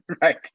right